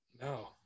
no